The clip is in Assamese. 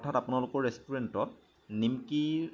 অৰ্থাৎ আপোনালোকৰ ৰেষ্টুৰেণ্টত নিমকি